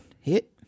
Hit